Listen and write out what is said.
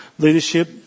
Leadership